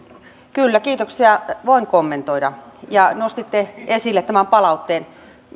kyllä kiitoksia voin kommentoida nostitte esille tämän palautteen